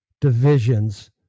divisions